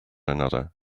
another